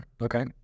okay